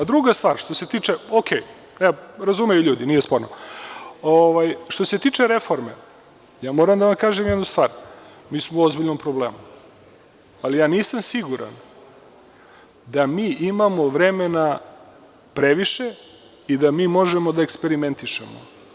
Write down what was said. Druga stvar, razumeju ljudi nije sporno, što se tiče reforme, moram da vam kažem jednu stvar, mi smo u ozbiljnom problemu, ali ja nisam siguran da mi imamo previše vremena i da mi možemo da eksperimentišemo.